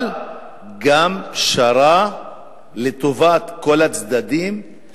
אבל גם פשרה לטובת כל הצדדים היא